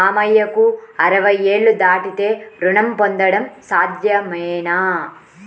మామయ్యకు అరవై ఏళ్లు దాటితే రుణం పొందడం సాధ్యమేనా?